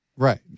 Right